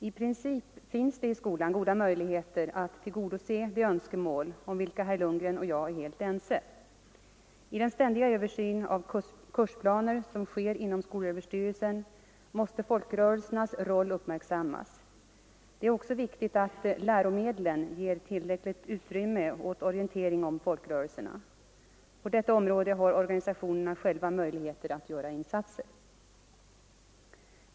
I princip finns också i skolan goda möjligheter att tillgodose de önskemål om vilka herr Lundgren och jag är helt ense. I den ständiga översyn av kursplaner som sker inom skolöverstyrelsen måste folkrörelsernas roll uppmärksammas. Det är också viktigt att läromedlen ger tillräckligt utrymme åt orientering om folkrörelserna. På detta område har organisationerna själva möjlighet att göra insatser.